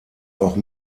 auch